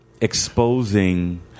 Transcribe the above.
exposing